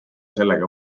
sellega